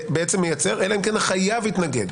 מייצר אלא אם כן החייב התנגד.